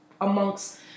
amongst